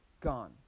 gone